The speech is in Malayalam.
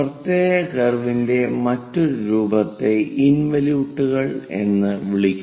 പ്രത്യേക കർവിന്റെ മറ്റൊരു രൂപത്തെ ഇൻവലിയൂട്ടുകൾ എന്ന് വിളിക്കുന്നു